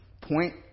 point